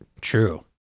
True